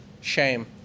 Shame